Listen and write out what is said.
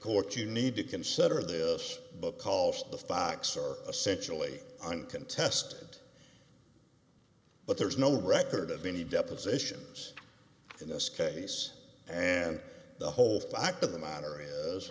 court you need to consider this book called the fox are essentially uncontested but there is no record of any depositions in this case and the whole fact of the m